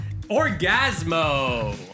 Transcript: Orgasmo